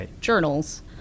journals